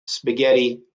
spaghetti